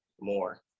more